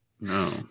No